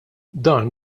dan